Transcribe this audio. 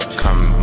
come